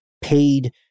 paid